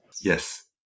Yes